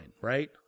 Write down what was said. right